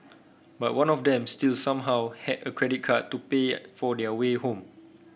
but one of them still somehow had a credit card to pay for their way home